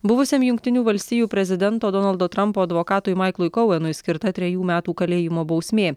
buvusiam jungtinių valstijų prezidento donaldo trampo advokatui maiklui kouenui skirta trejų metų kalėjimo bausmė